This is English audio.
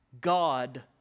God